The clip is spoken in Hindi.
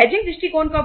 हेजिंग उस